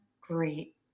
great